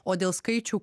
o dėl skaičių